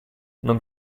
non